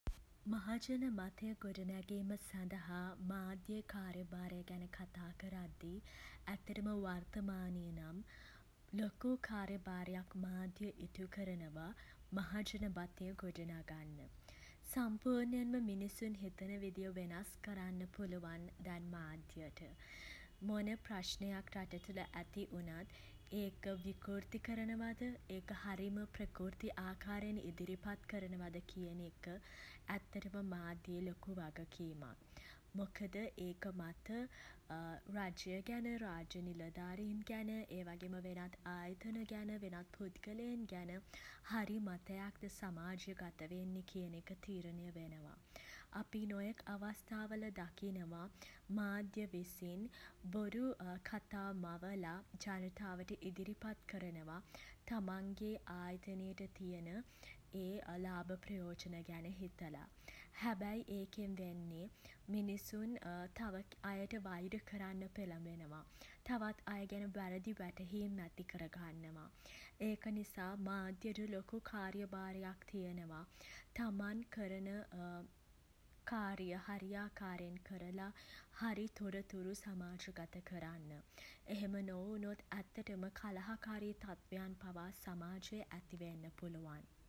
මහජන මතය ගොඩ නැගීම සඳහා මාධ්‍යයේ කාර්යභාරය ගැන කතා කරද්දී ඇත්තටම වර්තමානයේ නම් ලොකූ කාර්යභාරයක් මාධ්‍ය ඉටු කරනවා මහජන මතය ගොඩ නගන්න. සම්පූර්ණයෙන්ම මිනිසුන් හිතන විදිහ වෙනස් කරන්න පුළුවන් දැන් මාධ්‍යයට. මොන ප්‍රශ්නයක් රට තුළ ඇති වුණත් ඒක විකෘති කරනවද ඒක හරිම ප්‍රකෘති ආකාරයෙන් ඉදිරිපත් කරනවද කියන එක ඇත්තටම මාධ්‍යයේ ලොකු වගකීමක්. මොකද ඒක මත රජය ගැන රාජ්‍ය නිලධාරීන් ගැන ඒ වගේම වෙනත් ආයතන ගැන වෙනත් පුද්ගලයින් ගැන හරි මතයක්ද සමාජ ගත වෙන්නේ කියන එක තීරණය වෙනවා. අපි නොයෙක් අවස්ථාවල දකිනවා මාධ්‍ය විසින් බොරු කතා මවලා ජනතාවට ඉදිරිපත් කරනවා තමන්ගේ ආයතනයට තියෙන ලාභ ප්‍රයෝජන ගැන හිතලා. හැබැයි ඒකෙන් වෙන්නේ මිනිසුන් තව අයට වෛර කරන්න පෙළඹෙනවා. තවත් අය ගැන වැරදි වැටහීම් ඇතිකර ගන්නවා. ඒක නිසා මාධ්‍යට ලොකු කාර්යභාරයක් තියෙනවා තමන් කරන කාර්යය හරියාකාරයෙන් කරලා හරි තොරතුරු සමාජගත කරන්න. එහෙම නොවුනොත් ඇත්තටම කලහකාරී තත්ත්වයන් පවා සමාජයේ ඇති වෙන්න පුළුවන්.